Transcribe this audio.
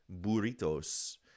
Burritos